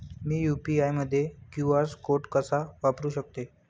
मी UPI मध्ये QR code कसा वापरु शकते?